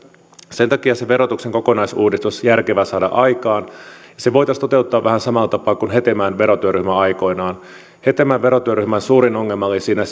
sen takia verotuksen kokonaisuudistus olisi järkevä saada aikaan se voitaisiin toteuttaa vähän samalla tapaa kuin hetemäen verotyöryhmä aikoinaan hetemäen verotyöryhmän suurin ongelma oli siinä